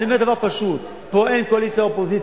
אני אומר דבר פשוט: פה אין קואליציה אופוזיציה,